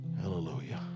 Hallelujah